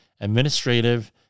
administrative